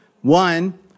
One